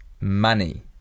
money